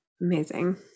Amazing